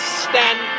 stand